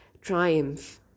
triumph